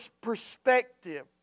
perspective